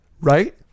Right